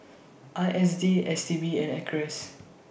I S D S T B and Acres